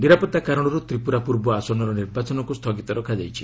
ନିରାପତ୍ତା କାରଣରୁ ତ୍ରିପୁରା ପୂର୍ବ ଆସନର ନିର୍ବାଚନକୁ ସ୍ଥଗିତ ରଖାଯାଇଛି